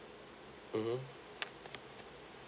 mmhmm